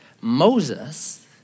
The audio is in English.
Moses